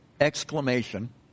exclamation